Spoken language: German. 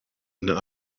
einen